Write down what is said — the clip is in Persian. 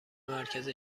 مرکز